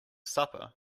supper